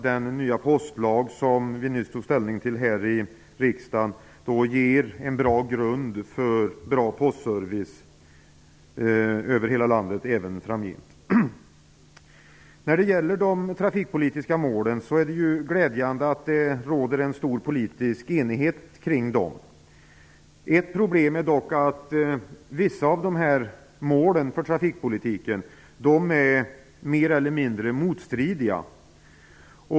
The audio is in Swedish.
Den nya postlag som riksdagen nyligen tog ställning till ger en bra grund för en god postservice över hela landet även framgent. Det är glädjande att det råder en stor politisk enighet kring de trafikpolitiska målen. Ett problem är dock att vissa av dessa mål är mer eller mindre motstridiga.